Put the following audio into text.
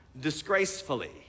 disgracefully